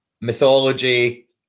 mythology